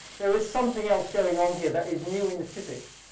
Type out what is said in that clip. there is something else going on here that is new in physics,